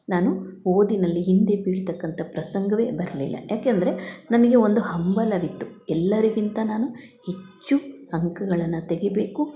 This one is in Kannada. ನಾನು ಓದಿನಲ್ಲಿ ಹಿಂದೆ ಬೀಳ್ತಕಂತ ಪ್ರಸಂಗವೆ ಬರಲಿಲ್ಲ ಯಾಕೆಂದರೆ ನನಗೆ ಒಂದು ಹಂಬಲವಿತ್ತು ಎಲ್ಲರಿಗಿಂತ ನಾನು ಹೆಚ್ಚು ಅಂಕಗಳನ್ನು ತೆಗಿಬೇಕು